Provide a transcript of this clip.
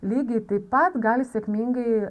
lygiai taip pat gali sėkmingai